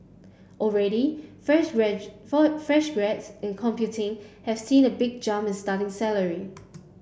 already fresh for fresh grads in computing have seen a big jump in starting salaries